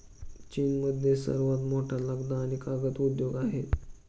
चीनमध्ये सर्वात मोठा लगदा आणि कागद उद्योग आहे